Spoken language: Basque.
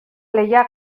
lehia